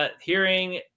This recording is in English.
hearing